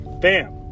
bam